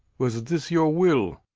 was this your will?